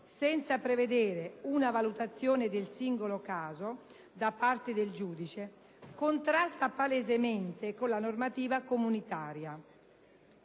senza prevedere una valutazione del singolo caso da parte del giudice, contrasta palesemente con la normativa comunitaria.